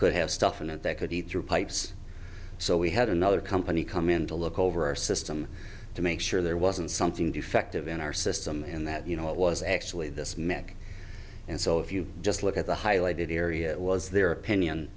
could have stuff in it that could eat through pipes so we had another company come in to look over our system to make sure there wasn't something defective in our system and that you know it was actually this mic and so if you just look at the highlighted area it was their opinion